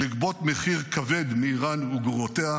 לגבות מחיר כבד מאיראן וגרורותיה